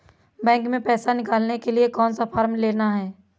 Bank में पैसा निकालने के लिए कौन सा फॉर्म लेना है?